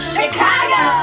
Chicago